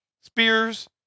spears